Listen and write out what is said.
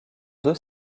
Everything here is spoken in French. deux